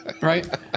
right